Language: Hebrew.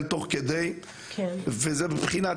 להגיד שהם בבחינת